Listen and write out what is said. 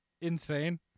insane